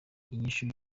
inyishu